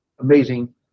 amazing